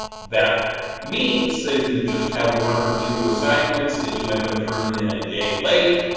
that means that if you just have one or two assignments that you end up turning in a day late,